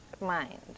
mind